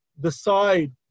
decide